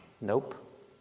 Nope